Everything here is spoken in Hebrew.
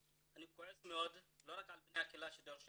אני כועס מאוד לא רק על בני הקהילה שדרשו